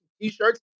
t-shirts